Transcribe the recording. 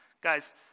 Guys